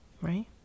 Right